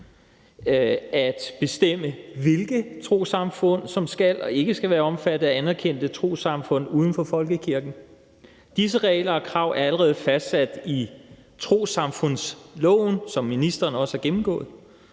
at bestemme, hvilke trossamfund der skal og ikke skal være omfattet af anerkendte trossamfund uden for folkekirken. Disse regler og krav er allerede fastsat i trossamfundsloven, som ministeren også har gennemgået.